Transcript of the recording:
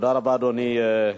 אדוני,